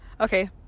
Okay